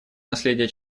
наследия